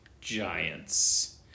Giants